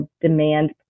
demand